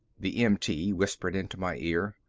the mt whispered into my ear,